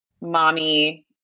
mommy